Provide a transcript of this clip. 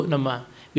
Nama